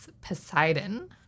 Poseidon